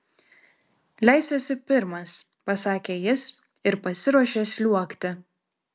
leisiuosi pirmas pasakė jis ir pasiruošė sliuogti